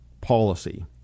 policy